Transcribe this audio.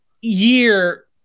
year